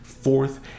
fourth